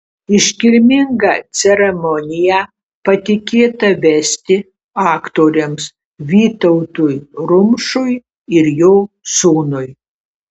iškilmingą ceremoniją patikėta vesti aktoriams vytautui rumšui ir jo sūnui